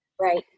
Right